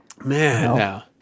Man